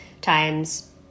times